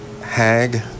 Hag